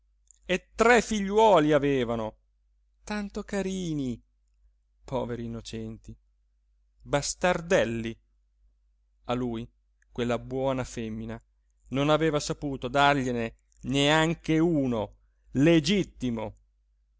e tre figliuoli avevano tanto carini poveri innocenti bastardelli a lui quella buona femmina non aveva saputo dargliene neanche uno legittimo